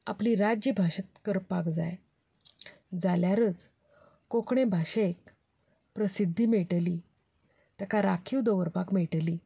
आपली राज्यभाशा करपाक जाय जाल्यारच कोंकणी भाशेक प्रसिद्धी मेळटली तिका राखीव दवरपाक मेळटली